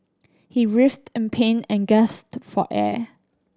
he writhed in pain and gasped for air